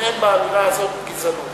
אם אין באמירה הזאת גזענות,